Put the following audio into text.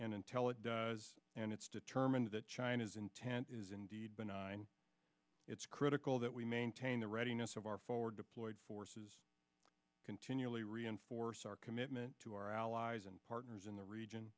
and intel it does and it's determined that china's intent is indeed benign it's critical that we maintain the readiness of our forward deployed forces continually reinforce our commitment to our allies and partners in the region